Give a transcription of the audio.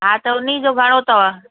हा त उन्हीअ जो घणो अथव